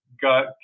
got